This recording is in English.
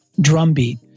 drumbeat